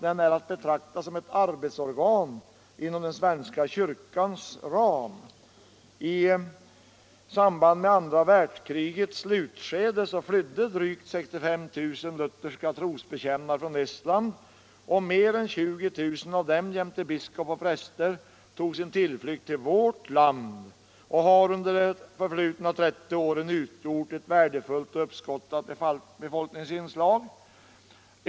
Den är att betrakta som ett arbetsorgan inom den svenska kyrkans ram. I andra världskrigets slutskede flydde drygt 65 000 lutherska trosbekännare från Estland. Mer än 20000 av dem jämte biskop och präster tog sin tillflykt till vårt land och har under de förflutna 30 åren utgjort ett värdefullt och uppskattat befolkningsinslag.